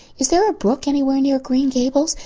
is there a brook anywhere near green gables?